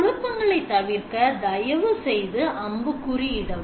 குழப்பங்களைத் தவிர்க்க தயவுசெய்து அம்புக்குறி இடவும்